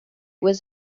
was